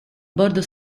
bordo